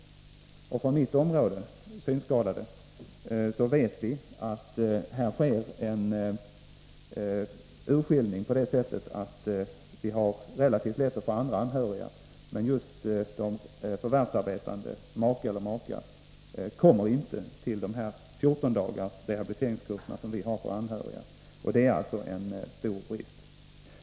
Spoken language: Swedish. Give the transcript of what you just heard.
När det gäller mitt eget område, de synskadades, vet jag att det sker en urskiljning på det sättet att vi har relativt lätt att få andra anhöriga att delta men att just förvärvsarbetande make eller maka inte kommer till de 14 dagars rehabiliteringskurser som vi har för anhöriga. Det är en stor brist.